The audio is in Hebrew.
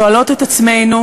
שואלות את עצמנו: